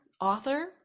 author